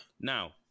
Now